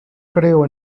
creo